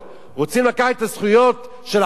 רוצים לקחת את הזכויות של החרדים,